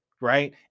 Right